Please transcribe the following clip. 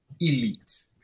elite